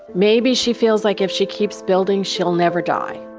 maybe she feels like if she keeps building, she'll never die.